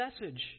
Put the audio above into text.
message